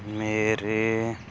ਮੇਰੇ